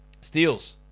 Steals